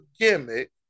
gimmick